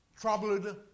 troubled